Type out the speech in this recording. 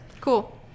Cool